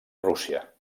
rússia